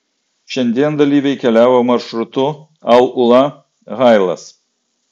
šiandien dalyviai keliavo maršrutu al ula hailas